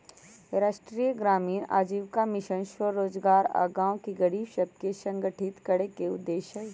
राष्ट्रीय ग्रामीण आजीविका मिशन स्वरोजगार आऽ गांव के गरीब सभके संगठित करेके उद्देश्य हइ